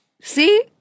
See